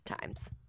times